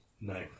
No